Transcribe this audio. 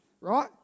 right